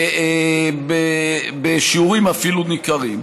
בשיעורים ניכרים אפילו.